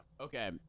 Okay